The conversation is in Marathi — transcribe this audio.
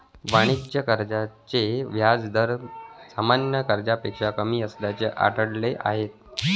वाणिज्य कर्जाचे व्याज दर सामान्य कर्जापेक्षा कमी असल्याचे आढळले आहे